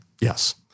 Yes